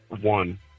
One